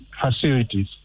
facilities